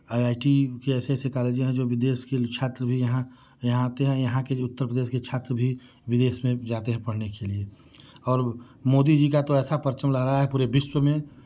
I I T के ऐसे ऐसे कार्य जो हैं जो विदेश के जो छात्र भी यहाँ यहाँ आते हैं यहाँ के जो उत्तर प्रदेश को जो छात्र भी विदेश में जाते हैं पढ़ने के लिए और मोदी जी का तो ऐसा परचम लहरा है पूरे विश्व में